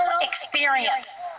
experience